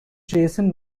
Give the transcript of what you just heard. jason